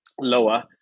lower